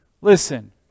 Listen